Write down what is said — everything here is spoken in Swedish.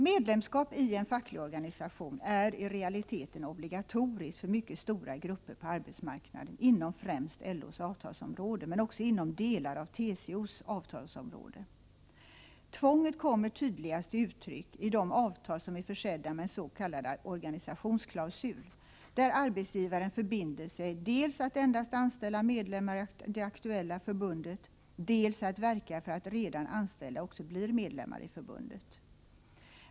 Medlemskap i en facklig organisation är i realiteten obligatoriskt för mycket stora grupper på arbetsmarknaden inom främst LO:s avtalsområde, men också inom delar av TCO:s avtalsområde. Tvånget kommer tydligast till uttryck i de avtal som är försedda med en s.k. organisationsklausul, där arbetsgivaren förbinder sig dels att endast anställa medlemmar i det aktuella förbundet, dels att verka för att redan anställda också blir medlemmar i förbundet.